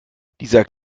dieser